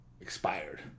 expired